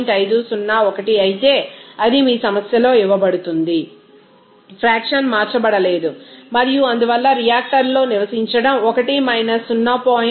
501 అయితే అది మీ సమస్యలో ఇవ్వబడుతుంది ఫ్రాక్షన్ మార్చబడలేదు మరియు అందువల్ల రియాక్టర్ లో నివసించడం 1 0